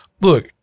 Look